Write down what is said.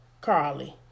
Carly